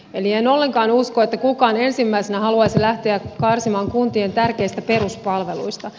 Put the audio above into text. eli en ollenkaan usko että kukaan ensimmäisenä haluaisi lähteä karsimaan kuntien tärkeistä peruspalveluista